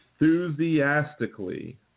enthusiastically